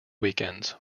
weekends